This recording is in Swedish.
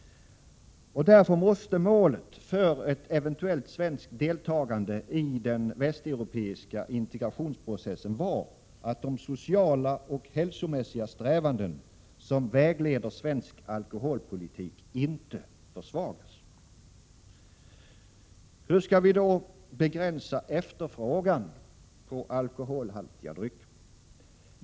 Därför måste målet för ett eventuellt svenskt deltagande i den västeuropeiska integrationsprocessen vara att de sociala och hälsomässiga strävanden som vägleder svensk alkoholpolitik inte försvagas. Hur skall vi då begränsa efterfrågan på alkoholhaltiga drycker?